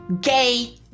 gay